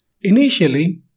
initially